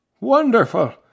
Wonderful